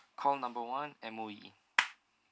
call number one M_O_E